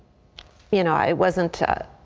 you know i wasn't to.